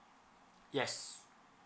yes